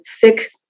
thick